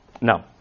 No